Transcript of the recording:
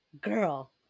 girl